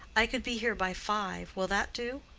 i could be here by five will that do?